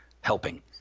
helping